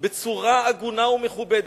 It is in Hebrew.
בצורה הגונה ומכובדת.